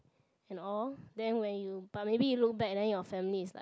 and all then when you but maybe you look back then your family is like